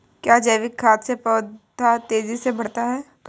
क्या जैविक खाद से पौधा तेजी से बढ़ता है?